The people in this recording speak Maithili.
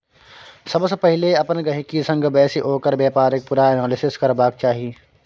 सबसँ पहिले अपन गहिंकी संग बैसि ओकर बेपारक पुरा एनालिसिस करबाक चाही